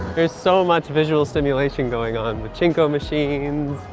there's so much visual stimulation going on, pachinko machines,